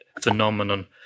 phenomenon